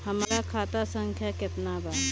हमरा खाता संख्या केतना बा?